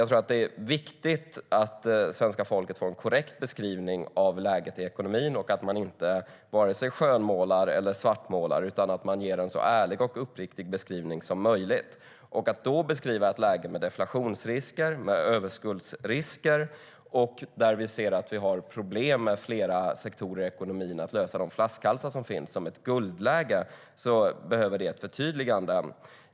Jag tror att det är viktigt att svenska folket får en korrekt beskrivning av läget i ekonomin, att man inte vare sig skönmålar eller svartmålar utan ger en så ärlig och uppriktig beskrivning som möjligt. Att beskriva ett läge med deflationsrisker och med överskuldsrisker - när vi ser att vi i flera sektorer i ekonomin har problem med att lösa de flaskhalsar som finns - som ett guldläge gör att det behövs ett förtydligande.